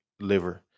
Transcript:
liver